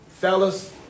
Fellas